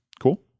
Cool